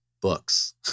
books